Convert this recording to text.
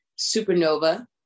supernova